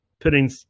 putting